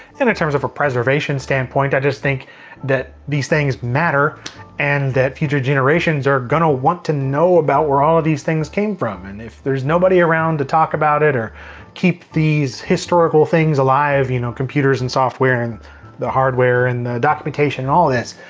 and in terms of a preservation standpoint, i just think that these things matter and that future generations are gonna want to know about where all of these things came from. and if there's nobody around to talk about it or keep these historical things alive, you know computers and software and the hardware and the documentation, all this,